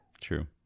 True